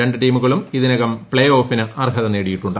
രണ്ടു ടീമുകളും ഇതിനകം പ്ലേ ഓഫിന് അർഹത നേടിയിട്ടുണ്ട്